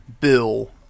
bill